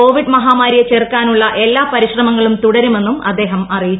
Covid മഹാമാരിയെ ചെറുക്കാനുളള എല്ലാ പ്രതിശ്ര്മങ്ങളും തുടരുമെന്നും അദ്ദേഹം അറിയിച്ചു